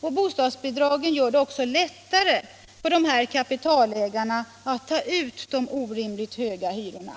och bostadsbidragen gör det också lättare för dessa kapitalägare att ta ut de orimligt höga hyrorna.